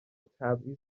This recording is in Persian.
تبعیض